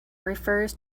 refers